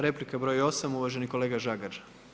Replika broj 8, uvaženi kolega Žagar.